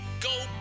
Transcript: Go